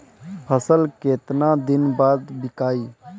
फसल केतना दिन बाद विकाई?